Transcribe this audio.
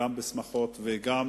גם בשמחות וגם